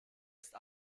ist